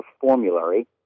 formulary